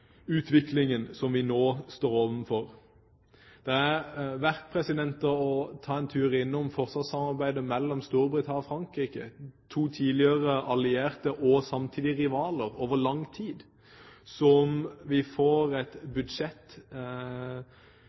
som vi nå står overfor. Det er verdt å ta en tur innom forsvarssamarbeidet mellom Storbritannia og Frankrike, to allierte og tidligere rivaler over lang tid. Man får et